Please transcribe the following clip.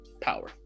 power